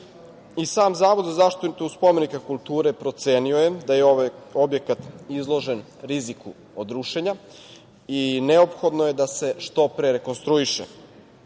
sam Zavod za zaštitu spomenika kulture procenio je da je ovaj objekat izložen riziku od rušenja i neophodno je da se što pre rekonstruiše.